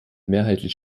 mehrheitlich